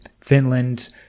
Finland